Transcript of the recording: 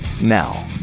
now